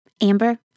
Amber